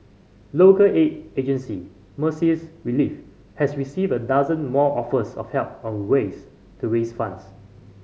local aid agency Mercy's Relief has received a dozen more offers of help on ways to raise funds